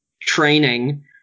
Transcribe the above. training